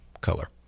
color